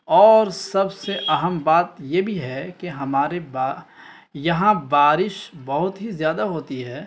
اور سب سے اہم بات یہ بھی ہے کہ ہمارے با یہاں بارش بہت ہی زیادہ ہوتی ہے